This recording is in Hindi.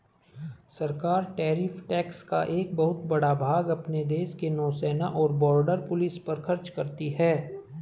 सरकार टैरिफ टैक्स का एक बहुत बड़ा भाग अपने देश के नौसेना और बॉर्डर पुलिस पर खर्च करती हैं